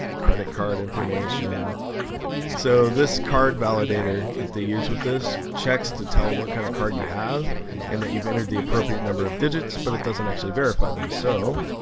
credit card information so this card validator that they use with this checks, to tell what kind of card you have and that you've entered the appropriate number of digits but it doesn't actually verify them so